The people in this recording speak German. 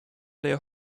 der